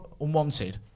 unwanted